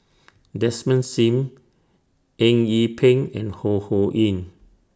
Desmond SIM Eng Yee Peng and Ho Ho Ying